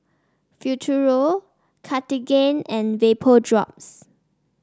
Futuro Cartigain and Vapodrops